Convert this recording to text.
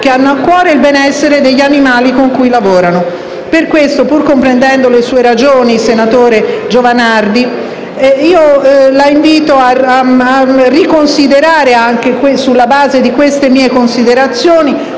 che hanno a cuore il benessere degli animali con cui lavorano. Per questo, pur comprendendo le sue ragioni, senatore Giovanardi, la invito a riconsiderare, sulla base di queste mie considerazioni,